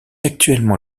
actuellement